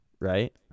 right